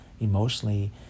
emotionally